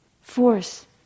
force